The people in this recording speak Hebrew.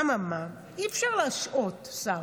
אממה, אי-אפשר להשעות שר.